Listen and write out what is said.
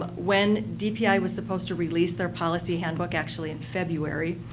ah when dpi was supposed to release their policy handbook, actually in february,